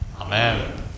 Amen